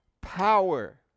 power